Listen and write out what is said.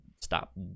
stop